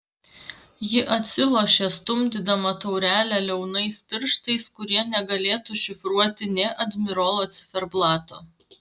ji atsilošė stumdydama taurelę liaunais pirštais kurie negalėtų šifruoti nė admirolo ciferblato